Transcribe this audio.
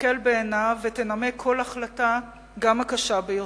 ותסתכל בעיניו ותנמק כל החלטה, גם הקשה ביותר.